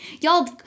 Y'all